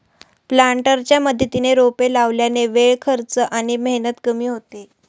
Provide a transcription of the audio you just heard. प्लांटरच्या मदतीने रोपे लावल्याने वेळ, खर्च आणि मेहनत कमी होते